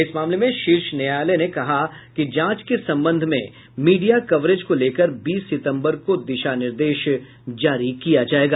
इस मामले में शीर्ष न्यायालय ने कहा कि जांच के संबंध में मीडिया कवरेज को लेकर बीस सितम्बर को दिशा निर्देश जारी किया जायेगा